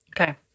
Okay